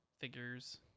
figures